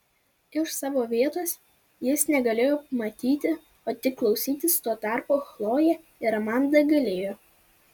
iš savo vietos jis negalėjo matyti o tik klausytis tuo tarpu chlojė ir amanda galėjo